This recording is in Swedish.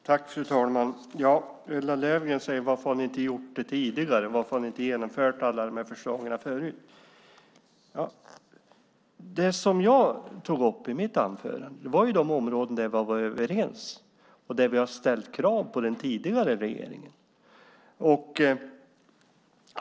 Fru talman! Ulla Löfgren frågar varför vi inte har gjort något tidigare och varför vi inte har genomfört alla de här förslagen förut. Det som jag tog upp i mitt anförande var de områden där vi har varit överens och där vi har ställt krav på den tidigare regeringen.